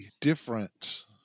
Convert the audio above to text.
different